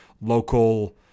local